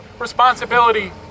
responsibility